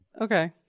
okay